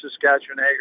Saskatchewan